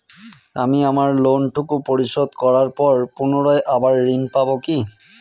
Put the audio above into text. আমি আমার লোন টুকু পরিশোধ করবার পর পুনরায় আবার ঋণ পাবো কি?